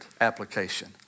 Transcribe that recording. application